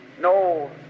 no